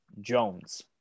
Jones